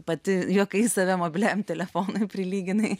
pati juokais save mobiliajam telefonui prilyginai